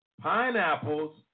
pineapples